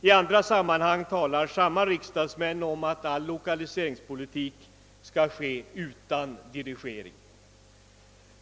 I andra sammanhang talar samma riksdagsmän om att all lokaliseringspolitik skall ske utan dirigering.